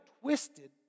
twisted